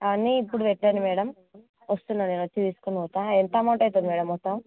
అన్నీ ఇప్పుడు పెట్టండి మ్యాడమ్ వస్తున్నాను నేను వచ్చి తీసుకోని పోతాను ఎంత అమౌంట్ అవుతుంది మ్యాడమ్ మొత్తం